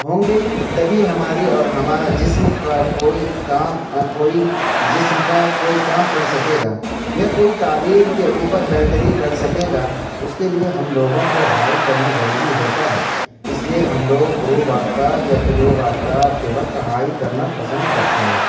ہوں گے تبھی ہماری اور ہمارا جسم کا کوئی کام کوئی جسم کا کوئی کام کر سکے گا یا کوئی تعلیم کے اوپر بہتری کر سکے گا اس کے لیے ہم لوگوں کو ہائی کرنا ضروری ہوتا ہے اس لیے ہم لوگ غروب آفتاب یا طلوع آفتاب کے وقت ہائی کرنا پسند کرتے ہیں